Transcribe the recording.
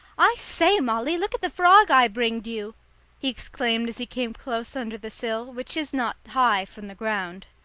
i say, molly, look at the frog i bringed you! he exclaimed as he came close under the sill, which is not high from the ground.